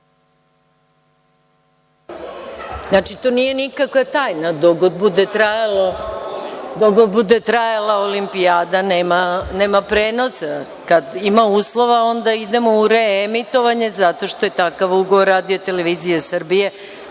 Znači, to nije nikakva tajna. Dok god bude trajala Olimpijada, nema prenosa. Kad ima uslova, onda idemo u reemitovanje, zato što je takav ugovor RTS, koji je vrlo